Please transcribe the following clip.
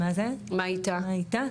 מה איתה?